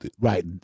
right